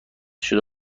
شده